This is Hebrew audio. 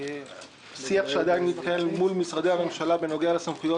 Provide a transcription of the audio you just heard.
שיח שעדיין מתקיים מול משרדי הממשלה בנוגע לסמכויות